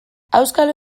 auskalo